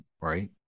right